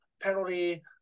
Penalty